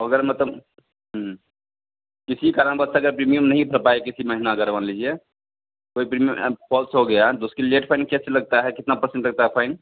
अगर मतलब किसी कारणवश अगर प्रीमियम नहीं भर पाए किसी महीना अगर मान लीजिए कोई बिन पाॅस हो गया तो उसकी लेट फ़ाइन कैसे लगता है कितना परसेंट लगता है फ़ाइन